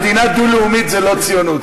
מדינה דו-לאומית זה לא ציונות,